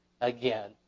again